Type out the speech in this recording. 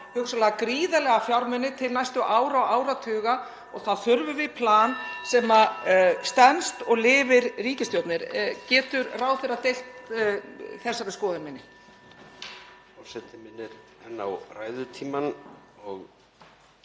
hugsanlega gríðarlega fjármuni til næstu ára og áratuga? Þá þurfum við plan sem stenst og lifir ríkisstjórnir. Getur ráðherra deilt þessari skoðun minni?